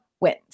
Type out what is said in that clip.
wins